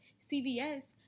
CVS